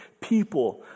people